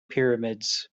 pyramids